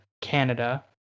Canada